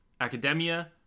academia